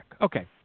Okay